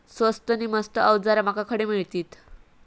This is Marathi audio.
स्वस्त नी मस्त अवजारा माका खडे मिळतीत?